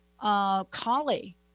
collie